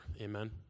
Amen